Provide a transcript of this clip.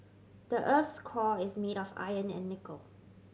the earth's core is made of iron and nickel